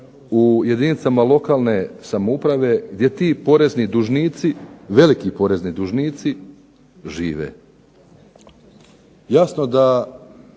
u jedinicama lokalne samouprave gdje ti porezni dužnici, veliki porezni dužnici žive. Jasno da